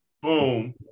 Boom